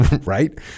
right